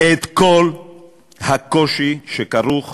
את כל הקושי שכרוך